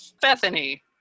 Bethany